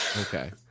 Okay